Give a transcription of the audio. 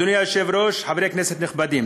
אדוני היושב-ראש, חברי כנסת נכבדים,